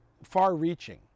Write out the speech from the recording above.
far-reaching